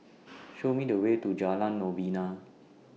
Show Me The Way to Jalan Novena